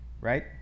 right